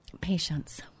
patience